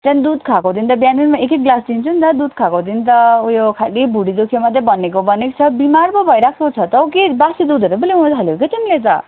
त्यहाँ दुध खाएकोदेखि त बिहान बिहान म एक एक गिलास दिन्छु नि त दुध खाएकोदिखि त उयो खाली भुँडी दुख्यो मात्रै भनेको भनेको छ बिमार पो भइरहेको छ त हौ के बासी दुधहरू पो ल्याउनु थाल्यौ के हो तिमीले त